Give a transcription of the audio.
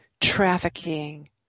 trafficking